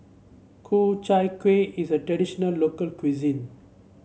Ku Chai Kuih is a traditional local cuisine